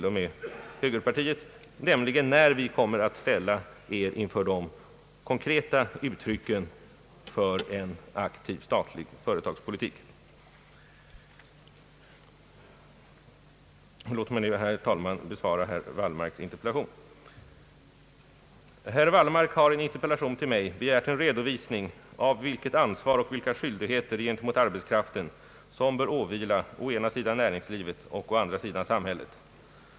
Herr Wallmark har i en interpellation till mig begärt en redovisning av vilket ansvar och vilka skyldigheter gentemot arbetskraften som bör åvila å ena sidan näringslivet och å andra sidan samhället.